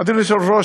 אדוני היושב-ראש,